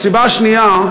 הסיבה השנייה,